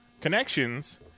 connections